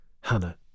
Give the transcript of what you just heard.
Hannah